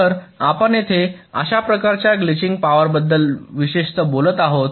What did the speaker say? तर आपण येथे अशा प्रकारच्या ग्लिचिंग पॉवरबद्दल विशेषतः बोलत आहोत